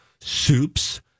soups